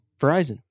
Verizon